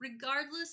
regardless